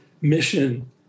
mission